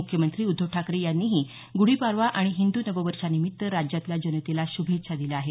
मुख्यमंत्री उद्धव ठाकरे यांनीही गुढीपाडवा आणि हिंदू नववर्षानिमित्त राज्यातल्या जनतेला शुभेच्छा दिल्या आहेत